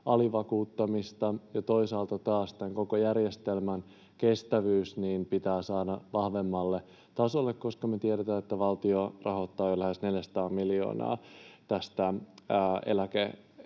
alivakuuttamista, ja toisaalta taas tämän koko järjestelmän kestävyys pitää saada vahvemmalle tasolle, koska me tiedetään, että valtio rahoittaa jo lähes 400 miljoonaa näistä eläkkeistä.